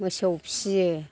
मोसौ फियो